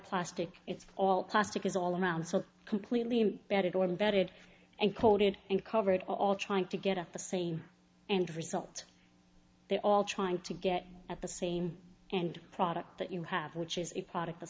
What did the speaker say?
plastic it's all plastic is all around so completely bedded or vetted and coated and covered all trying to get at the same end result they're all trying to get at the same and product that you have which is a product of